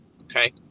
Okay